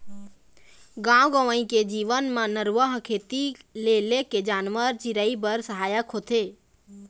गाँव गंवई के जीवन म नरूवा ह खेती ले लेके जानवर, चिरई बर सहायक होथे